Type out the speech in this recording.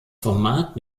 format